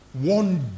One